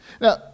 Now